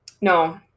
No